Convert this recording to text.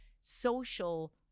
social